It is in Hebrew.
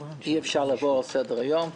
שאי-אפשר לעבור לסדר-היום.